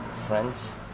friends